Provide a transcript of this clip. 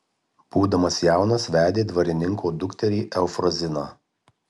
būdamas jaunas vedė dvarininko dukterį eufroziną